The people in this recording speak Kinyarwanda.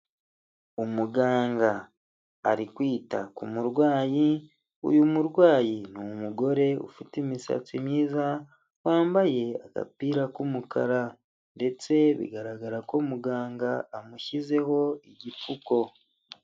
Umuganga ari kwita ku murwayi, uyu murwayi ni umugore ufite imisatsi myiza wambaye agapira k'umukara ndetse bigaragara ko muganga amushyizeho igipfuko.